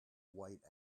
white